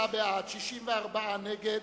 29 בעד, 64 נגד,